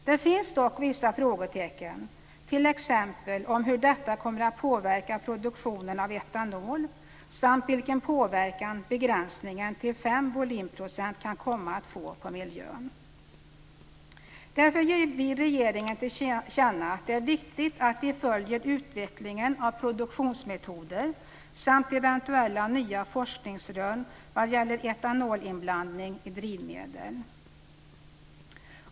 Det finns dock vissa frågetecken, t.ex. om hur detta kommer att påverka produktionen av etanol samt vilken påverkan begränsningen till 5 volymprocent kan komma att få på miljön. Därför ger vi regeringen till känna att det är viktigt att de följer utvecklingen av produktionsmetoder samt eventuella nya forskningsrön vad gäller etanolinblandning i drivmedel.